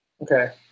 Okay